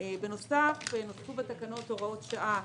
בנוסף נוספו בתקנות הוראות שעה